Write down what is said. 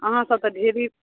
अहाँ सब तऽ ढेरी